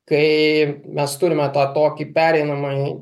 kai mes turime tą tokį pereinamąjį